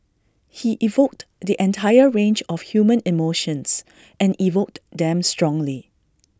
he evoked the entire range of human emotions and evoked them strongly